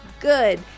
good